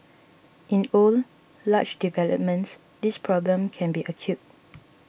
in old large developments this problem can be acute